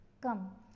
Come